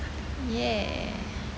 ya